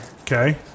Okay